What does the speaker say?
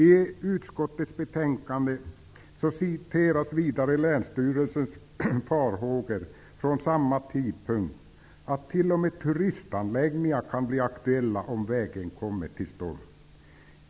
I utskottets betänkande citeras vidare de farhågor som länsstyrelsen vid samma tidpunkt hade, nämligen att t.o.m. turistanläggningar kan bli aktuella om en väg anläggs där.